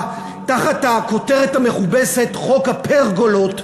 תחת הכותרת המכובסת "חוק הפרגולות",